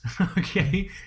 Okay